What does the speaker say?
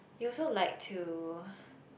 you also like to